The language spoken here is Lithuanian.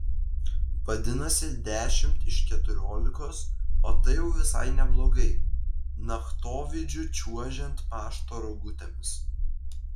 vadinasi dešimt iš keturiolikos o tai jau visai neblogai naktovidžiu čiuožiant pašto rogutėmis